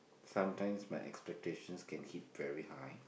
sometimes my expectations can hit very high